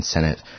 Senate